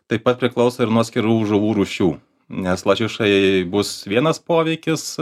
taip pat priklauso ir nuo atskirų žuvų rūšių nes lašišai bus vienas poveikis